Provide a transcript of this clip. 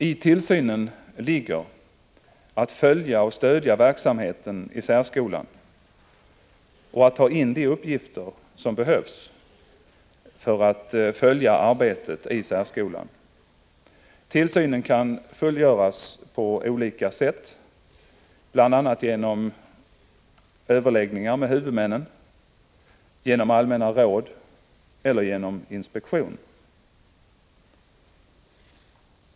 I tillsynen ligger att följa och stödja verksamheten i särskolan och ta in de uppgifter som behövs för att följa arbetet i särskolan. Tillsynen kan fullgöras på olika sätt, bl.a. genom överläggningar med huvudmännen, genom allmänna råd eller genom inspektion.